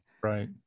Right